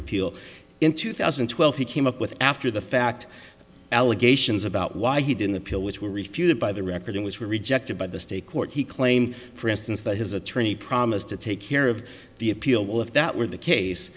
appeal in two thousand and twelve he came up with after the fact allegations about why he didn't appeal which were refuted by the record and was rejected by the state court he claimed for instance that his attorney promised to take care of the appeal if that were the case